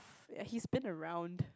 he's been around